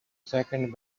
second